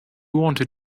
wanted